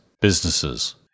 businesses